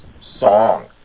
song